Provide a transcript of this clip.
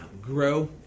grow